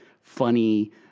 funny